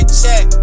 check